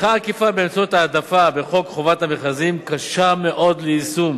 תמיכה עקיפה באמצעות העדפה בחוק חובת המכרזים קשה מאוד ליישום